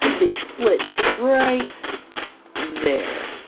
they split right there.